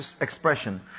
expression